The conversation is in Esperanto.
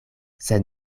sed